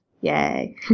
Yay